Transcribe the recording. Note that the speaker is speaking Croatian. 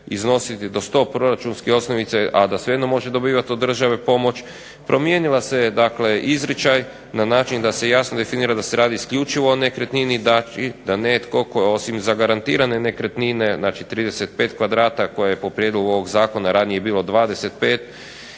iznositi do 100 proračunske osnovice a da svejedno može dobivati od države pomoć, promijenila se izričaj, na način da se definira da se radi isključivo o nekretnini, da netko tko osim zagarantirane nekretnine znači 35 kvadrata koje je po prijedlogu ovog zakona ranije bilo 25